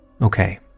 Okay